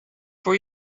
for